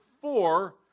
four